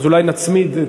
אולי נצמיד.